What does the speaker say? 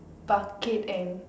bucket and